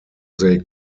they